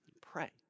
Pray